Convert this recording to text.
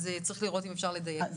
אז צריך לראות אם אפשר לדייק.